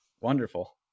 wonderful